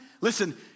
listen